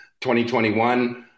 2021